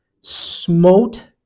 smote